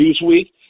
Newsweek